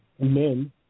men